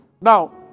Now